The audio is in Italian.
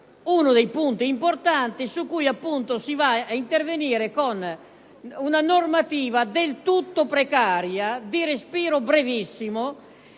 uno dei punti importanti, si va ad intervenire con una normativa del tutto precaria, di respiro brevissimo,